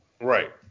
right